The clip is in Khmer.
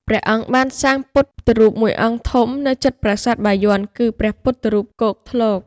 ព្រះអង្គបានសាងពុទ្ធរូបមួយអង្គធំ នៅជិតប្រាសាទបាយ័ន គឺ ព្រះពុទ្ធរូប គោកធ្លក ។